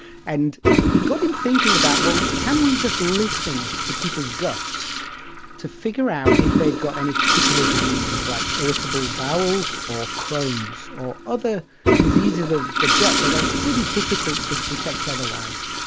and it got him thinking about, well, can we just listen to people's guts to figure out if they've got any particular diseases like irritable bowel or crohn's or other diseases of the gut that are pretty difficult to detect otherwise.